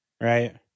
Right